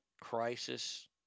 crisis